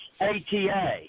ATA